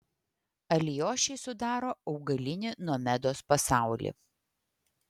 alijošiai sudaro augalinį nomedos pasaulį